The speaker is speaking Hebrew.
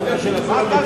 תעשו?